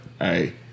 hey